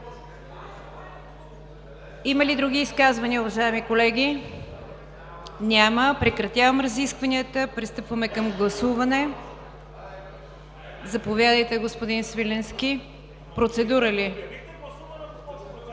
Има ли други изказвания, уважаеми колеги? Няма. Прекратявам разискванията. Пристъпваме към гласуване. Заповядайте, господин Свиленски – процедура.